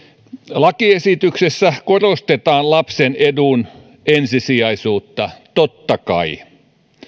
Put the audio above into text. lakiesityksessä korostetaan lapsen edun ensisijaisuutta totta kai